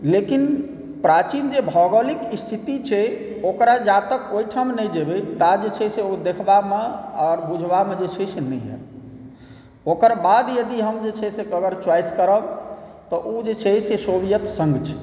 लेकिन प्राचीन जे भौगोलिक स्थिति छै ओकरा जा तक ओहिठाम नहि जेबै ता जे छै से ओ देखबामे आओर बुझबामे जे छै नहि आएत ओकर बाद यदि हम जे छै से अगर चॉइस करब तऽ ओ जे छै से सोवियत संघ छै